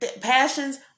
passions